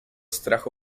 strach